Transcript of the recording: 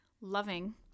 loving